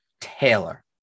taylor